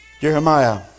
Jeremiah